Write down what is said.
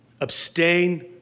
abstain